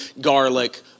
garlic